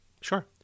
sure